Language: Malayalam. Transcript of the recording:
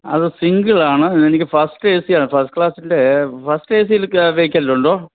അത് സിംഗിളാണ് എനിക്ക് ഫസ്റ്റ് ഏ സിയാണ് ഫസ്റ്റ് ക്ലാസിൻ്റെ ഫസ്റ്റ് ഏ സിയിൽ വേക്കൻറ്റുണ്ടോ